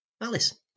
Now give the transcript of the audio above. Alice